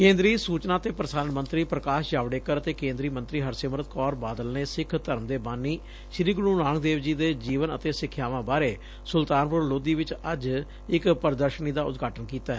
ਕੇਂਦਰੀ ਸੁਚਨਾ ਤੇ ਪ੍ਸਾਰਣ ਮੰਤਰੀ ਪ੍ਕਾਸ਼ ਜਾਵਡੇਕਰ ਅਤੇ ਕੇਂਦਰੀ ਮੰਤਰੀ ਹਰਸਿਮਰਤ ਕੌਰ ਬਾਦਲ ਨੇ ਸਿੱਖ ਧਰਮ ਦੇ ਬਾਨੀ ਸ੍ਰੀ ਗੁਰੁ ਨਾਨਕ ਦੇਵ ਜੀ ਦੇ ਜੀਵਨ ਅਤੇ ਸਿਖਿਆਵਾਂ ਬਾਰੇ ਸੁਲਤਾਨਪੁਰ ਲੋਧੀ ਵਿਚ ਅੱਜ ਇਕ ਪ੍ਦਰਸ਼ਨੀ ਦਾ ਉਦਘਾਟਨ ਕੀਤੈ